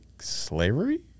slavery